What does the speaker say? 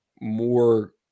more